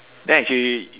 then actually